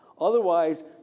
Otherwise